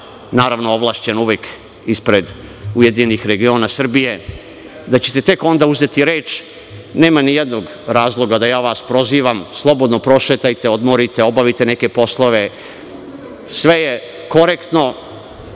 naravno, ovlašćen uvek ispred URS, da ćete tek onda uzeti reč, nema ni jednog razloga da ja vas prozivam. Slobodno prošetajte, odmorite, obavite neke poslove, sve je korektno.